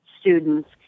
students